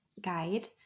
guide